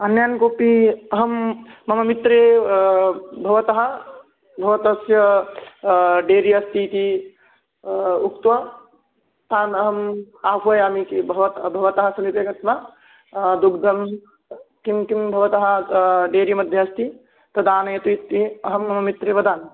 अन्यान् कोपि अहं मम मित्रे भवतः भवतस्य डेरी अस्तीति उक्त्वा तान् अहम् आह्वयामीति भवत् भवतः समीपे गत्वा दुग्धं किं किं भवतः डेरी मध्ये अस्ति तद् आनयतु इति अहं मम मित्रे वदामि